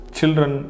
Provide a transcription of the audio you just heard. Children